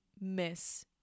miss